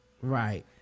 right